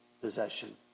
possession